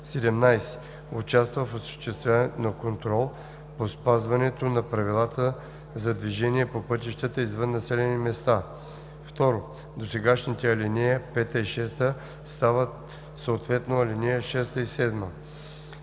17. участва в осъществяването на контрол за спазването на правилата за движение по пътищата извън населените места.“ 2. Досегашните ал. 5 и 6 стават съответно ал. 6 и 7.